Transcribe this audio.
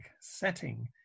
setting